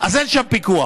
אז אין שם פיקוח.